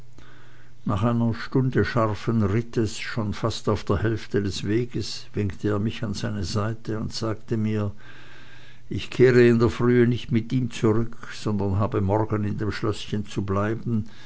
nach einer stunde scharfen rittes schon fast auf der hälfte des weges winkte er mich an seine seite und sagte mir ich kehre in der frühe nicht mit ihm zurück sondern habe morgen in dem schlößchen zu bleiben